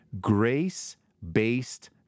Grace-Based